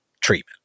treatment